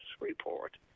report